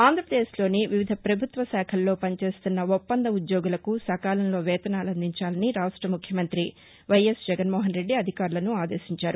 ఆంధ్రప్రదేశ్లోని వివిధ పభుత్వ శాఖల్లో పనిచేస్తున్న ఒప్పంద ఉద్యోగులకు సకాలంలో వేతనాలు అందించాలని రాష్ట ముఖ్యమంతి వై యస్ జగన్మోహన్రెడ్డి అధికారులను ఆదేశించారు